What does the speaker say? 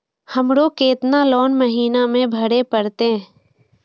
हमरो केतना लोन महीना में भरे परतें?